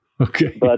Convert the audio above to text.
Okay